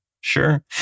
Sure